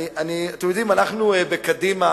אנחנו בקדימה,